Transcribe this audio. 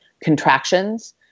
contractions